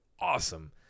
awesome